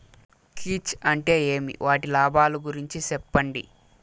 కీచ్ అంటే ఏమి? వాటి లాభాలు గురించి సెప్పండి?